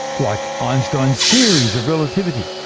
like einstein's theories of relativity.